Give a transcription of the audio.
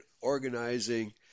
organizing